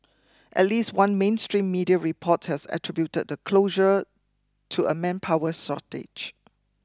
at least one mainstream media report has attributed the closure to a manpower shortage